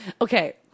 okay